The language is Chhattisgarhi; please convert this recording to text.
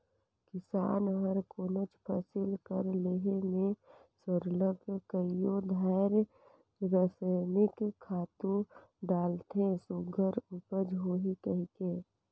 किसान हर कोनोच फसिल कर लेहे में सरलग कइयो धाएर रसइनिक खातू डालथे सुग्घर उपज होही कहिके